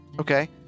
Okay